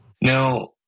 Now